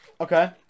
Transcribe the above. Okay